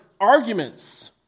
arguments